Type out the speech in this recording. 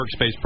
workspace